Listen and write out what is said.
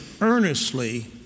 earnestly